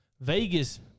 Vegas